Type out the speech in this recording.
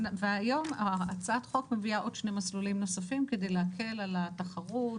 והיום הצעת החוק מביאה עוד שני מסלולים נוספים כדי להקל על התחרות,